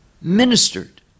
ministered